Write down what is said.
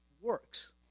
works